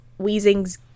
weezing's